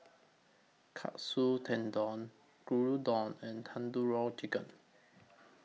Katsu Tendon Gyudon and Tandoori Chicken